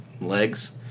legs